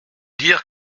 dire